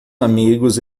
amigos